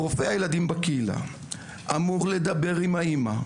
רופא הילדים בקהילה אמור לדבר עם האמא,